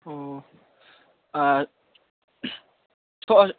ꯑꯣ